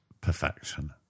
perfection